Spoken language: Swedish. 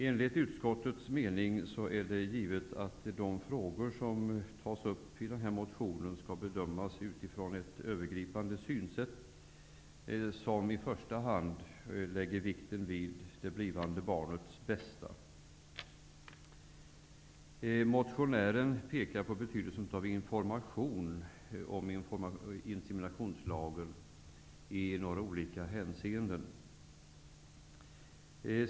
Enligt utskottets mening är det givet att de frågor som tas upp i motionen skall bedömas utifrån ett övergripande synsätt som i första hand lägger vikten vid det blivande barnets bästa. Motionären pekar på betydelsen av information om inseminationslagen i några olika hänseenden.